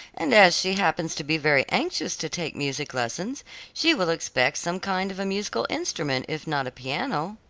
and as she happens to be very anxious to take music lessons she will expect some kind of a musical instrument if not a piano.